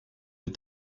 des